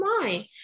mind